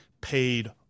paid